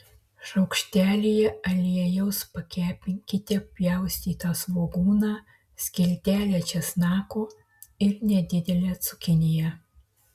šaukštelyje aliejaus pakepinkite pjaustytą svogūną skiltelę česnako ir nedidelę cukiniją